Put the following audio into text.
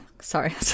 Sorry